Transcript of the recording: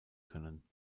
können